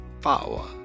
power